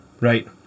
right